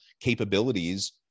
capabilities